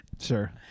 sure